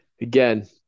Again